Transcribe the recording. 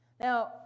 Now